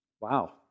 Wow